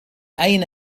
أين